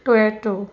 Toyota